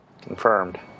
Confirmed